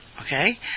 Okay